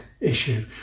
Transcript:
issue